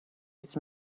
his